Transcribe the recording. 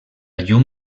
llum